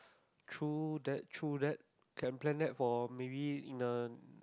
true that true that can plan that for maybe in a